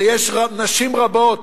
ויש נשים רבות